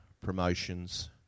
promotions